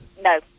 No